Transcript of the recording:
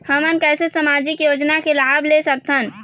हमन कैसे सामाजिक योजना के लाभ ले सकथन?